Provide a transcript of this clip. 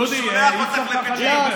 דודי, אי-אפשר ככה לדבר.